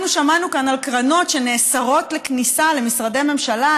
אנחנו שמענו כאן על קרנות שנאסרת עליהם כניסה למשרדי ממשלה,